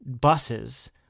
buses